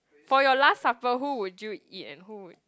for your last supper who would you eat and who would